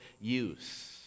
use